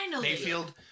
Mayfield